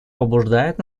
побуждают